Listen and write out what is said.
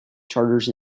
charters